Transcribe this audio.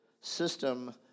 system